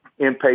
inpatient